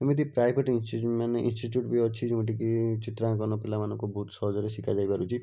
ଏମିତି ପ୍ରାଇଭେଟ୍ ମାନେ ଇନସ୍ଟିଚ୍ୟୁଟ୍ ବି ଅଛି ଯୋଉଁଠିକି ଚିତ୍ରାଙ୍କନ ପିଲାମାନଙ୍କୁ ବହୁତ ସହଜରେ ଶିଖାଯାଇ ପାରୁଛି